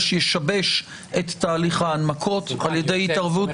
ישבש את תהליך ההנמקות על ידי התערבות --- שמחה,